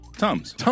Tums